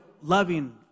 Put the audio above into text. loving